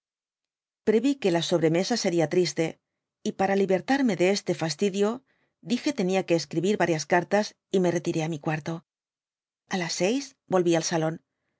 pk'eví que la sobremesa seria triste y para li bertarme de este fastidio dije tenia que escribir varias cartas y me retiré á mi cuarto a las seis volví al salón